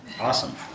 Awesome